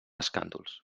escàndols